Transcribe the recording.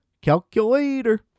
Calculator